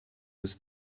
was